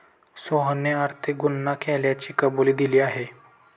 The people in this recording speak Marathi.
सोहनने आर्थिक गुन्हा केल्याची कबुली दिली आहे